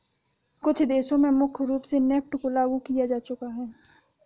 कुछ देशों में मुख्य रूप से नेफ्ट को लागू किया जा चुका है